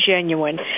genuine